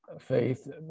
faith